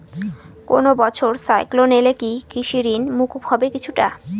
কোনো বছর সাইক্লোন এলে কি কৃষি ঋণ মকুব হবে কিছুটা?